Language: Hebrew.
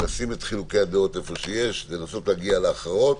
לשים את חילוקי הדעות כשישנם ולנסות להגיע להכרעות.